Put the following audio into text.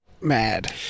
mad